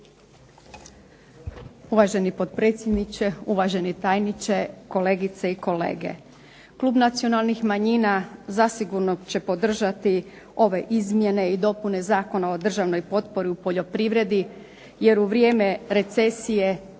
Uvaženi potpredsjedniče, uvaženi tajniče, kolegice i kolege. Klub nacionalnih manjina zasigurno će podržati ove izmjene i dopune zakona o državnoj potpori u poljoprivredi jer u vrijeme recesije,